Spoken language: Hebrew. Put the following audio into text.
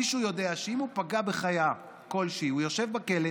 אם מישהו יודע שאם הוא יפגע בחיה כלשהי הוא ישב בכלא,